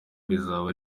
bizaba